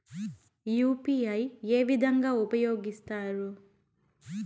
UPI ఏ విధంగా ఉపయోగిస్తారు?